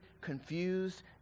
confused